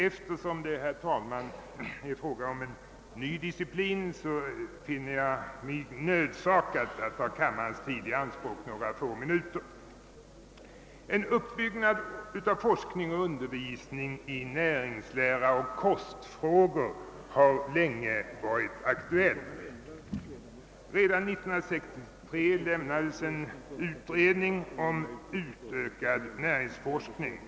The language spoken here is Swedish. Eftersom det är fråga om en ny disciplin finner jag mig nödsakad att ta kammarens tid i anspråk några få minuter. En uppbyggnad av forskning och undervisning i näringslära och kostfrågor har länge varit aktuell. Redan 1963 avlämnades en utredning om utökad näringsforskning.